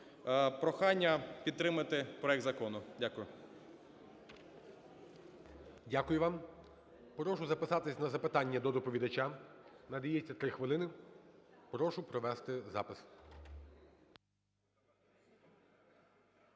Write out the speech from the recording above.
Прохання підтримати проект закону. Дякую. ГОЛОВУЮЧИЙ. Дякую вам. Прошу записатись на запитання до доповідача. Надається 3 хвилини. Прошу провести запис.